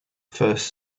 first